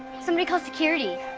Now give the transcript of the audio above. somebody call security.